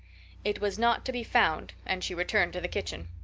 it was not to be found and she returned to the kitchen.